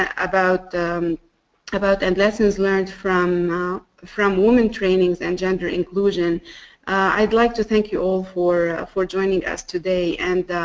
ah about about and lessons learned from from women trainings and gender inclusion i'd like to thank you all for for joining us today and